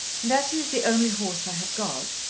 and as he is the only horse i have got,